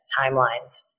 timelines